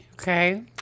Okay